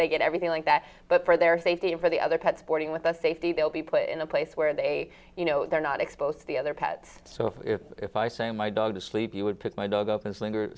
they get everything like that but for their safety and for the other cuts boarding with the safety they'll be put in a place where they you know they're not exposed to the other pets so if i say my dog to sleep you would pick my dog up and flieger